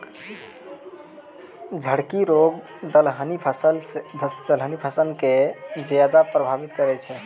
झड़की रोग दलहनी फसल के ज्यादा प्रभावित करै छै